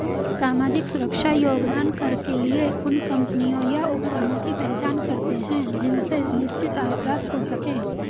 सामाजिक सुरक्षा योगदान कर के लिए उन कम्पनियों या उपक्रमों की पहचान करते हैं जिनसे निश्चित आय प्राप्त हो सके